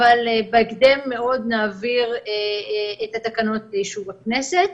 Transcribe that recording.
אבל בהקדם מאוד נעביר את התקנות לאישור הכנסת.